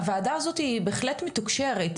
הוועדה הזו היא בהחלט מתוקשרת,